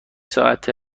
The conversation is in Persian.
ساعت